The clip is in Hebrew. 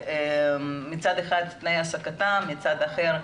מצד אחד תנאי העסקתם, ומצד שני,